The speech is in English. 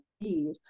need